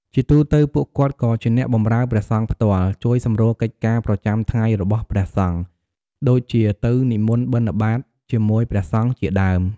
ជាទូទៅពួកគាត់ក៏ជាអ្នកបម្រើព្រះសង្ឃផ្ទាល់ ជួយសម្រួលកិច្ចការប្រចាំថ្ងៃរបស់ព្រះសង្ឃ ដូចជាទៅនិមន្តបិណ្ឌបាតជាមួយព្រះសង្ឃជាដើម។